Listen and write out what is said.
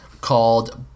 called